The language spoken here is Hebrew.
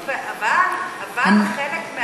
אבל חלק,